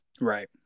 Right